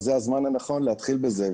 זה הזמן הנכון להתחיל בזה.